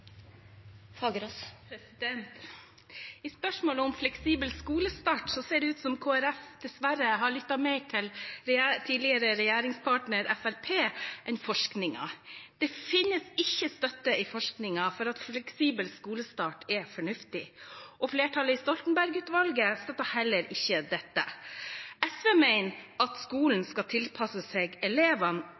I spørsmålet om fleksibel skolestart ser det ut som om Kristelig Folkeparti dessverre har lyttet mer til tidligere regjeringspartner Fremskrittspartiet enn til forskningen. Det finnes ikke støtte i forskningen for at fleksibel skolestart er fornuftig, og flertallet i Stoltenberg-utvalget støttet heller ikke dette. SV mener at skolen skal tilpasse seg elevene,